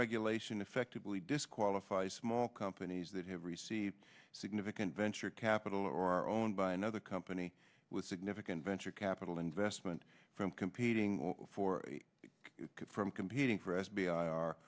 regulation effectively disqualify small companies that have received significant venture capital or are owned by another company with significant venture capital investment from competing for from competing for s b